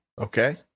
Okay